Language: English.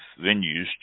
venues